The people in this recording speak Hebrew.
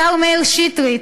השר מאיר שטרית: